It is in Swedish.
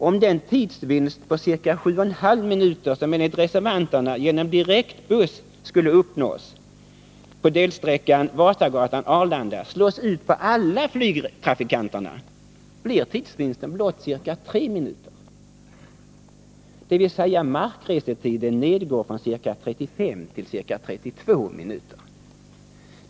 Om den tidsvinst på ca 7,5 minuter, som enligt reservanterna skulle uppnås genom direktbuss på delsträckan Vasagatan-Arlanda, slås ut på alla flygtrafikanterna blir tidsvinsten blott ca 3 minuter, dvs. markresetiden nedgår från ca 35 till ca 32 minuter.